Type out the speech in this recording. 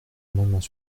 amendements